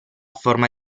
forma